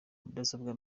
mudasobwa